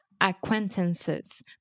Acquaintances